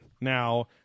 Now